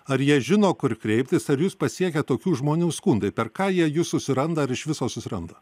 ar jie žino kur kreiptis ar jus pasiekia tokių žmonių skundai per ką jie jus susiranda ar iš viso susiranda